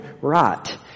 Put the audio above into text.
rot